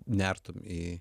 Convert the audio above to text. nertum į